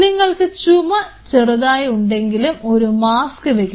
നിങ്ങൾക്ക് ചുമ ചെറുതായി ഉണ്ടെങ്കിലും ഒരു മാസ്ക് വയ്ക്കുക